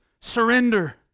surrender